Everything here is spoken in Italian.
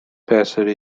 persero